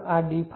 આ dϕ2dt